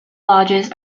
lodges